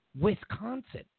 Wisconsin